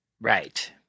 Right